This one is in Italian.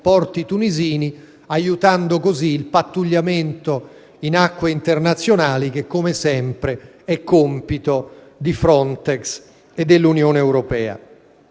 porti tunisini, aiutando così il pattugliamento in acque internazionali che, come sempre, è compito di Frontex e dell'Unione europea.